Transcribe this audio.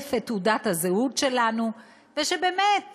לזייף את תעודת הזהות שלנו, כדי שבאמת,